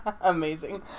Amazing